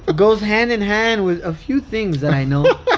ah goes hand-in-hand with a few things that i know